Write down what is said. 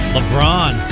LeBron